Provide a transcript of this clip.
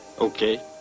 Okay